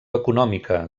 econòmica